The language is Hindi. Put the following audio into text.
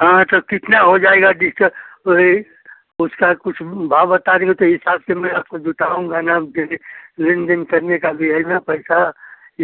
हाँ तो कितना हो जाएगा जिसका वही उसका कुछ भाव बता देंगे तो हिसाब से मैं आपको जुटाऊँगा ना अब जैसे लेन देन करने का भी है ना पैसा